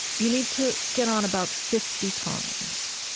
you need to get on about fifty times.